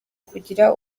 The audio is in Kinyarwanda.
kugira